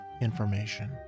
information